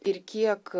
ir kiek